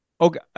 Okay